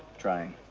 trying.